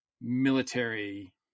military